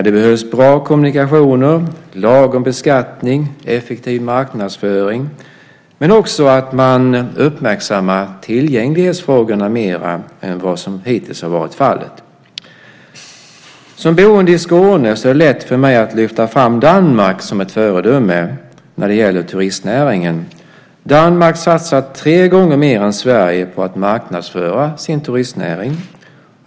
Det behövs bra kommunikationer, lagom beskattning och effektiv marknadsföring men också att man uppmärksammar tillgänglighetsfrågorna mer än vad som hittills har varit fallet. Som boende i Skåne är det lätt för mig att lyfta fram Danmark som ett föredöme när det gäller turistnäringen. Danmark satsar tre gånger mer än Sverige på att marknadsföra sin turistnäring.